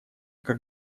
как